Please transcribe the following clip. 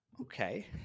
Okay